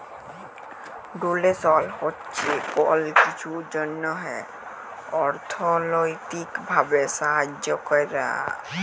ডোলেসল হছে কল কিছুর জ্যনহে অথ্থলৈতিক ভাবে সাহায্য ক্যরা